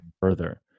further